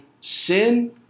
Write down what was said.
sin